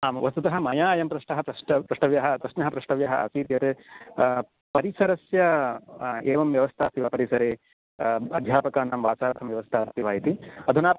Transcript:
आं वस्तुतः मया अयं प्रश्नः पष्ट प्रष्टव्यः प्रश्नः प्रष्टव्यः आसीत् यत् परिसरस्य एवं व्यवस्था अस्ति वा परिसरे अध्यापकानां वासार्थं व्यवस्था अस्ति वा इति अधुना